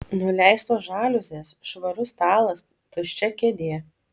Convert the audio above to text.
nuleistos žaliuzės švarus stalas tuščia kėdė